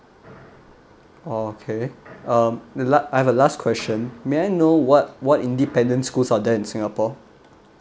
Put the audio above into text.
oh okay um the last have a last question may I know what what independence schools are there in singapore